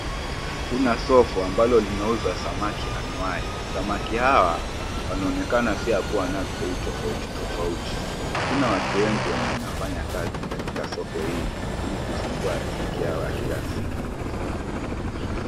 Kuna soko ambalo linauza samaki anwai. Samaki hawa wanaonekana pia kuwa wa bei tofauti tofauti. Kuna watu wengi wanaofanya kazi katila soko hili ili kutafuta riziki yao ya kila siku.